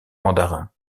mandarin